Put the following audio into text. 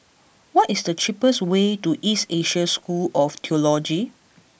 what is the cheapest way to East Asia School of Theology